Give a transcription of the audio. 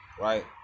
right